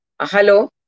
Hello